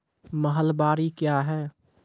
महलबाडी क्या हैं?